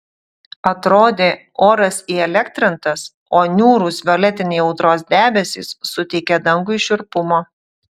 atrodė oras įelektrintas o niūrūs violetiniai audros debesys suteikė dangui šiurpumo